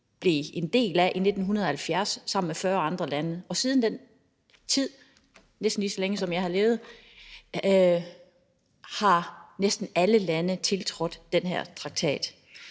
blev en del af i 1970 sammen med 40 andre lande. Og siden den tid – næsten lige så længe som jeg har levet – har næsten alle lande tiltrådt den her traktat.